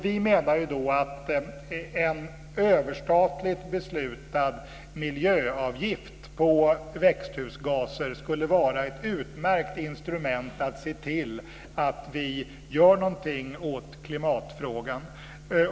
Vi menar att en överstatligt beslutad miljöavgift på växthusgaser skulle vara ett utmärkt instrument för att se till att vi gör någonting åt klimatfrågan.